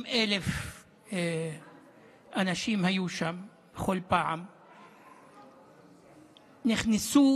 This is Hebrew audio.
בכל פעם היו שם 250,000 אנשים, נכנסו